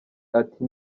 ati